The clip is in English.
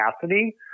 capacity